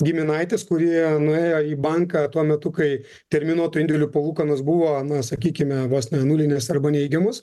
giminaitės kurie nuėjo į banką tuo metu kai terminuotų indėlių palūkanos buvo na sakykime vos ne nulinės arba neigiamos